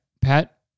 Pat